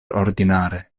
ordinare